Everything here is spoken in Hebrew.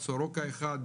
סורוקה 1,